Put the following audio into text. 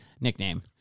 nickname